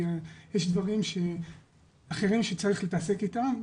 כי יש דברים אחרים שצריך להתעסק איתם.